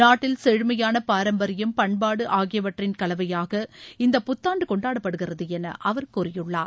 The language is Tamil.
நாட்டில் செழுமையான பாரம்பரியம் பண்பாடு ஆகியவற்றின் கலவையாக இந்த புத்தாண்டு கொண்டாடப்படுகிறது என அவர் கூறியுள்ளார்